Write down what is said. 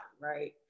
right